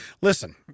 Listen